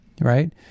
right